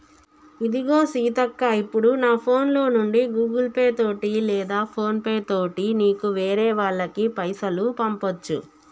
ఇదిగో సీతక్క ఇప్పుడు నా ఫోన్ లో నుండి గూగుల్ పే తోటి లేదా ఫోన్ పే తోటి నీకు వేరే వాళ్ళకి పైసలు పంపొచ్చు